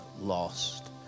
lost